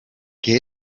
que